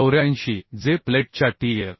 84 जे प्लेटच्या TF